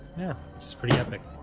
yeah, this is pretty epic